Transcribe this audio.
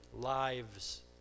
lives